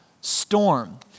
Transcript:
storm